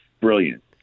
Brilliant